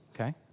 okay